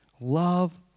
Love